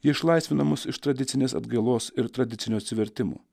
ji išlaisvina mus iš tradicinės atgailos ir tradicinio atsivertimo